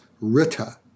rita